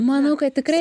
manau kad tikrai